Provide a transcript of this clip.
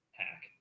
hack